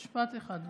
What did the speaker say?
משפט אחד.